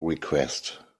request